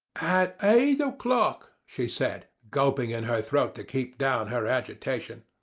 at eight o'clock she said, gulping in her throat to keep down her agitation.